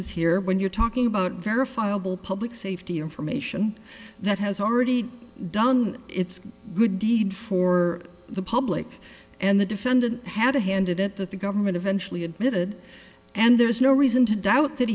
is here when you're talking about verifiable public safety information that has already done its good deed for the public and the defendant had to hand it at that the government eventually admitted and there's no reason to doubt that